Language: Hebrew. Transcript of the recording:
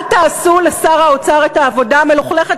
אל תעשו לשר האוצר את העבודה המלוכלכת,